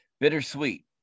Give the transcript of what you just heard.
bittersweet